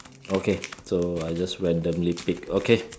okay so I just randomly pick okay